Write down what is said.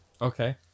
Okay